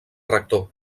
rector